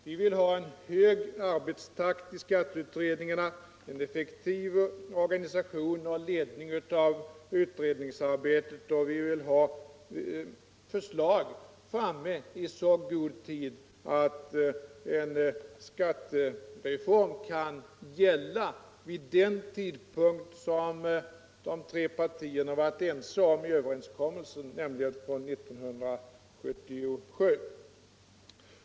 Vi vill ha en hög arbetstakt i skatteutredningarna, en effektiv organisation och ledning av utredningsarbetet, och vi vill ha förslag framme i så god tid att en skattereform kan gälla vid den tidpunkt som de tre partierna varit ense om i överenskommelsen, nämligen från 1977.